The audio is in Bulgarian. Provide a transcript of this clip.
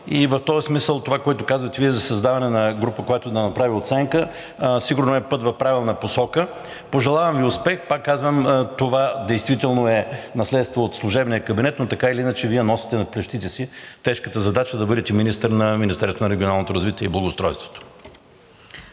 В тоз смисъл това, което казвате Вие, за създаване на група, която да направи оценка, сигурно е път в правилна посока. Пожелавам Ви успех. Пак казвам, това действително е наследство от служебния кабинет, но така или иначе Вие носите на плещите си тежката задача да бъдете министър на Министерството на регионалното развитие и благоустройството.